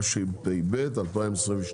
התשפ"ב-2022